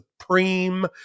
supreme